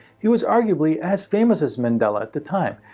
he was arguably as famous as mandela at the time.